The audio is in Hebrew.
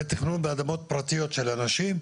ותכנון באדמות פרטיות של אנשים,